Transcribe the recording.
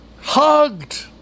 hugged